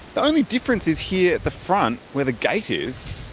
the only difference is here at the front, where the gate is.